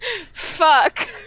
Fuck